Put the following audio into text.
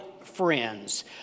Friends